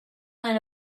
went